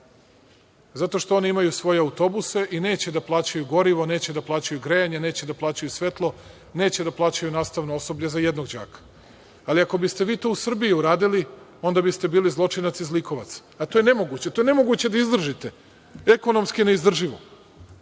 Zato što oni imaju svoje autobuse i neće da plaćaju gorivo, neće da plaćaju grejanje, neće da plaćaju svetlo, neće da plaćaju nastavno osoblje za jednog đaka. Ali ako biste vi to u Srbiji uradili, onda biste bili zločinac i zlikovac. A to je nemoguće da izdržite, ekonomski neizdrživo.